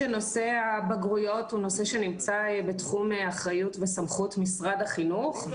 שנושא הבגרויות הוא נושא שנמצא בתחום אחריות וסמכות משרד החינוך,